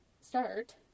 start